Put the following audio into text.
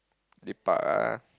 lepak ah